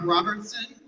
Robertson